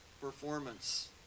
performance